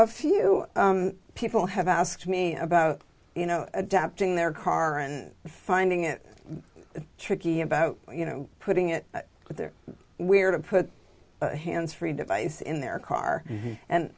a few people have asked me about you know adapting their car and finding it tricky about you know putting it out there where to put a hands free device in their car and